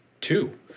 Two